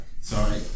Sorry